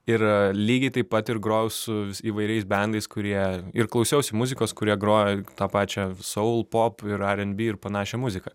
ir lygiai taip pat ir grojau su įvairiais bendais kurie ir klausiausi muzikos kurią groja tą pačią soul pop ir ar en bi ir panašią muziką